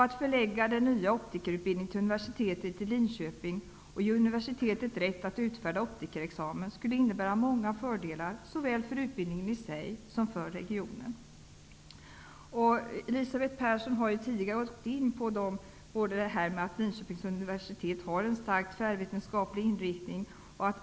Att förlägga den nya optikerutbildningen till universitetet i Linköping och ge universitetet rätt att utfärda optikerexamen skulle innebära många fördelar såväl för utbildningen i sig som för regionen. Elisabeth Persson har tidigare varit inne på att universitetet i Linköping har en stark tvärvetenskaplig inriktning.